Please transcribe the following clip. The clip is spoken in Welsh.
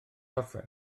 gorffen